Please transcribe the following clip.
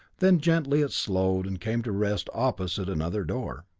then gently it slowed and came to rest opposite another door.